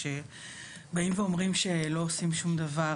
שכשבאים ואומרים שלא עושים שום דבר,